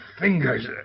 Fingers